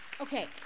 Okay